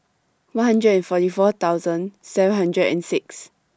one hundred forty four thousand seven hundred and six